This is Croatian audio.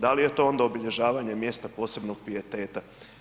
Da li je to onda obilježavanje mjesta posebnog pijeteta?